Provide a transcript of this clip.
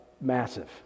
Massive